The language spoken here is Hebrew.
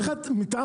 על מה זה מבוסס?